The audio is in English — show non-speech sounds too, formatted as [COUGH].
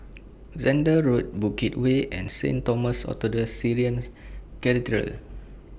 Zehnder Road Bukit Way and Saint Thomas Orthodox Syrian [UNINTELLIGIBLE]